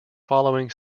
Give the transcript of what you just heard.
following